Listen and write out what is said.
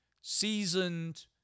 seasoned